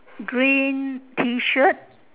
green t-shirt